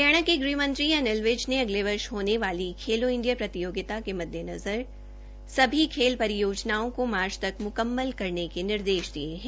हरियाणा के गृहमंत्री अनिल विज ने अगले वर्ष होने वाली खेल इंडिया प्रतियोगिता के मद्देनज़र सभी खेल परियोजनाओं को मार्च तक म्कम्मल करने के निर्देश दिये है